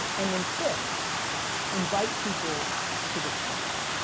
and then fifth invite people to respond.